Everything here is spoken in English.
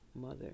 mother